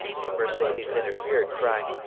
but mercedes interfered, crying,